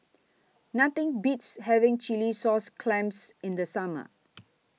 Nothing Beats having Chilli Sauce Clams in The Summer